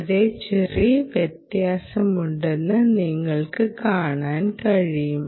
വളരെ ചെറിയ വ്യത്യാസമുണ്ടെന്ന് നിങ്ങൾക്ക് കാണാൻ കഴിയും